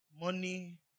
Money